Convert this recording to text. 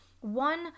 one